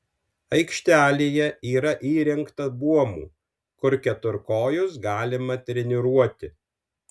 aikštelėje yra įrengta buomų kur keturkojus galima treniruoti